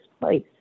place